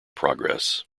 progress